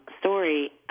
story